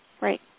Right